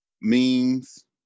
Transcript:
memes